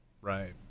right